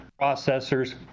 processors